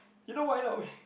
you know why not we